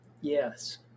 yes